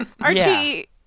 Archie